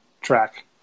track